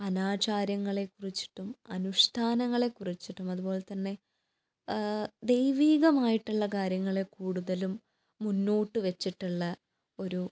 അനാചാരങ്ങളെക്കുറിച്ചിട്ടും അനുഷ്ഠാനങ്ങളെക്കുറിച്ചിട്ടും അതുപോലെ തന്നെ ദൈവീകമായിട്ടുള്ള കാര്യങ്ങളെ കൂടുതലും മുന്നോട്ട് വെച്ചിട്ടുള്ള ഒരു